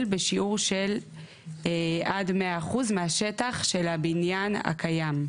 בשיעור של עד 100% מהשטח של הבניין הקיים.